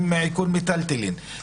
עם עיקול מטלטלין,